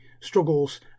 struggles